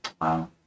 Wow